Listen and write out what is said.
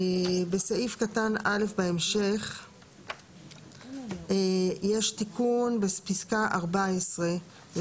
בסעיף קטן (א) בהמשך יש תיקון בפסקה (14).